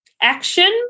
action